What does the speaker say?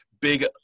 big